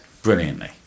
Brilliantly